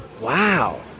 Wow